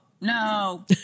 no